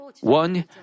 one